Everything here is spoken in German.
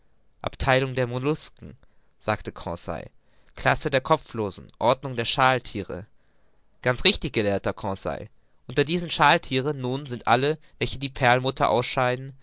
abtheilung der mollusken sagte conseil classe der kopflosen ordnung der schalthiere ganz richtig gelehrter conseil unter diesen schalthieren nun sind alle die welche perlmutter ausscheiden